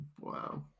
Wow